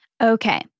Okay